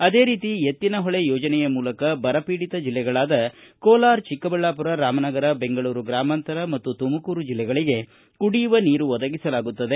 ಅದೇ ರೀತಿ ಎತ್ತಿನಹೊಳೆ ಯೋಜನೆಯ ಮೂಲಕ ಬರಪೀಡಿತ ಜಿಲ್ಲೆಗಳಾದ ಕೋಲಾರ ಚಿಕ್ಕಬಳ್ಳಾಪುರ ರಾಮನಗರ ಬೆಂಗಳೂರು ಗ್ರಾಮಾಂತರ ಮತ್ತು ತುಮಕೂರು ಜಲ್ಲೆಗಳಗೆ ಕುಡಿಯುವ ನೀರು ಒದಗಿಸಲಾಗುತ್ತದೆ